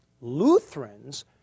Lutherans